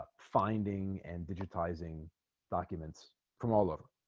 finding and digitizing documents from all over